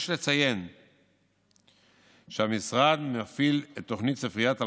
יש לציין שהמשרד מפעיל את התוכנית "ספריית אל-פאנוס"